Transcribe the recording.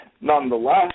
nonetheless